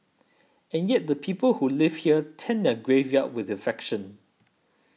and yet the people who live here tend their graveyard with affection